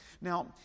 Now